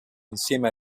insieme